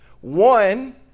One